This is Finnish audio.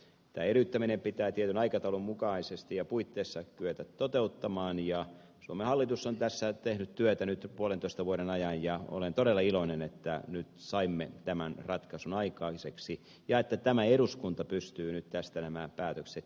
tämä eriyttäminen pitää tietyn aikataulun mukaisesti ja puitteissa kyetä toteuttamaan ja suomen hallitus on tässä tehnyt työtä nyt puolentoista vuoden ajan ja olen todella iloinen että nyt saimme tämän ratkaisun aikaiseksi ja että tämä eduskunta pystyy nyt tästä nämä päätökset tekemään